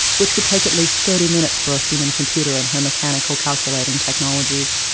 which could take at least thirty minutes for a human computer and her mechanical calculating technologies.